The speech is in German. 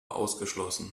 ausgeschlossen